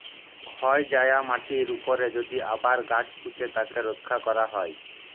ক্ষয় যায়া মাটির উপরে যদি আবার গাছ পুঁতে তাকে রক্ষা ক্যরা হ্যয়